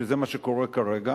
שזה מה שקורה כרגע,